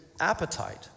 appetite